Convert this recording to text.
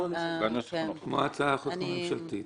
כמו הצעת החוק הממשלתית.